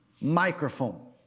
microphone